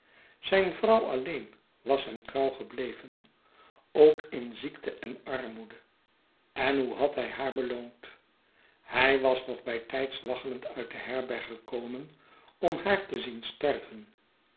zijn vrouw alleen was hem trouw gebleven ook in ziekte en armoede en hoe had hij haar beloond hij was nog bij tijds waggelend uit de herberg gekomen om haar te zien sterven